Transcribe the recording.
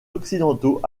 occidentaux